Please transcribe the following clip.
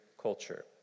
culture